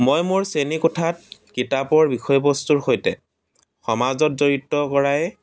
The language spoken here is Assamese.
মই মোৰ শ্ৰেণীকোঠাত কিতাপৰ বিষয়বস্তুৰ সৈতে সমাজত জড়িত কৰাই